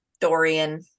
Dorian